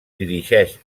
dirigeix